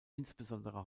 insbesondere